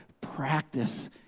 practice